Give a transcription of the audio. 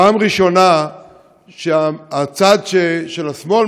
פעם ראשונה שהצד של השמאל,